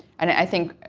and i think,